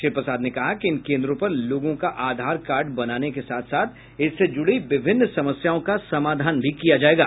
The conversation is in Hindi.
श्री प्रसाद ने कहा कि इन केन्द्रों पर लोगों का आधार कार्ड बनाने के साथ साथ इससे जुड़ी विभिन्न समस्याओं का समाधान भी किया जायेगा